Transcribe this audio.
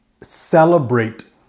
celebrate